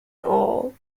all